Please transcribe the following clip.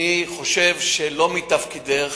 אני חושב שלא מתפקידך